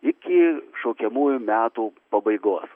iki šaukiamųjų metų pabaigos